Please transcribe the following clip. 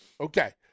Okay